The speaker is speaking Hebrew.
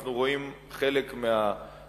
אנחנו רואים חלק מהדיאלוג.